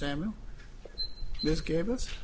them this gave us